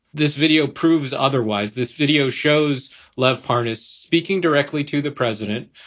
this video proves otherwise this video shows love parties speaking directly to the president,